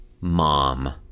Mom